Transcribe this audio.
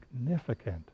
significant